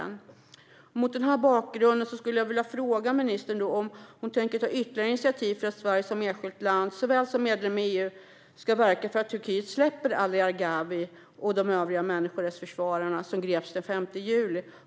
Jag skulle mot denna bakgrund vilja fråga ministern om hon tänker ta ytterligare initiativ för att Sverige, både som enskilt land och som medlem i EU, ska verka för att Turkiet släpper Ali Gharavi och de övriga människorättsförsvarare som greps den 5 juli.